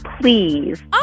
please